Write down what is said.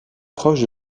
proche